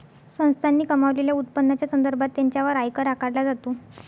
संस्थांनी कमावलेल्या उत्पन्नाच्या संदर्भात त्यांच्यावर आयकर आकारला जातो